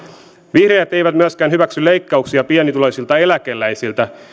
vihreät ei myöskään hyväksy leikkauksia pienituloisilta eläkeläisiltä